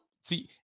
See